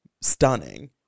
stunning